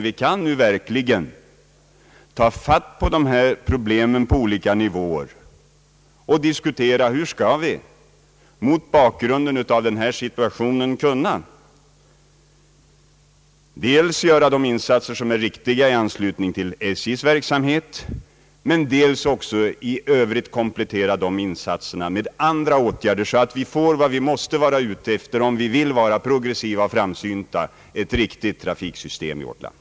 Vi kan verkligen ta itu med problemen på olika nivåer och diskutera hur vi mot bakgrunden av denna situation skall kunna dels göra de insatser, som är riktiga i anslutning till SJ:s verksamhet, dels också i övrigt komplettera de insatserna med andra åtgärder, så att vi får vad vi är ute ef ter om vi är progressiva och framsynta, nämligen en rationell och tillfredsstäl Jande transportförsörjning i vårt land.